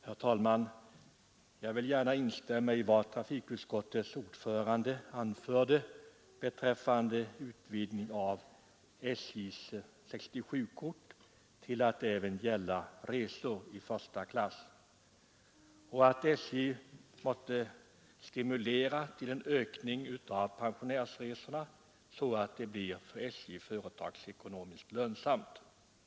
Herr talman! Jag vill gärna instämma i vad trafikutskottets ordförande anförde om utvidgning av SJ:s 67-kort till att gälla även resor i första klass och om att SJ måtte stimulera till en utökning av pensionärsresorna, så att det blir företagsekonomiskt lönsamt för SJ med sådana resor.